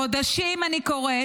חודשים אני קוראת